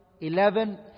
eleven